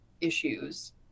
issues